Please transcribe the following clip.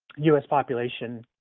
us population,